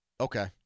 Okay